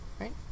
right